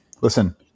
Listen